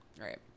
Right